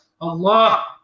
allah